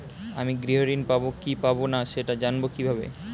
আমি গৃহ ঋণ পাবো কি পাবো না সেটা জানবো কিভাবে?